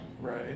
Right